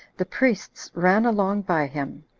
the priests ran along by him,